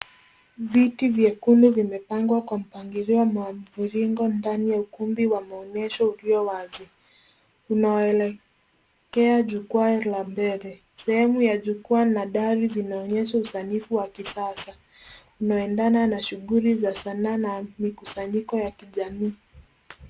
Viti vyekundu vimepangwa kwa mpangilio wa mviringo ndani ya ukumbi wa maonyesho ulio wazi. Kuna waelekea jukwa la mbele. Sehemu ya jukwaa na dari zinaonyesha usanifu wa kisasa. Unaendana na shughuli za sanaa na mikusanyiko ya kijamii.